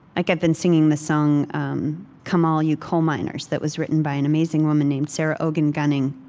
like, i've been singing the song um come all you coal miners that was written by an amazing woman named sarah ogan gunning.